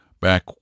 back